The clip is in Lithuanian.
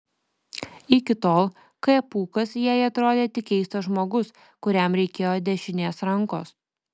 iki tol k pūkas jai atrodė tik keistas žmogus kuriam reikėjo dešinės rankos